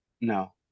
no